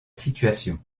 situation